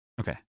Okay